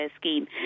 scheme